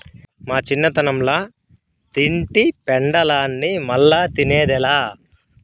మా చిన్నతనంల తింటి పెండలాన్ని మల్లా తిన్నదేలా